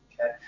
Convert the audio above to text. Okay